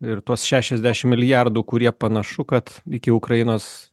ir tuos šešiasdešim milijardų kurie panašu kad iki ukrainos